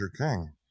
king